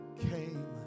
came